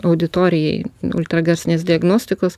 auditorijai ultragarsinės diagnostikos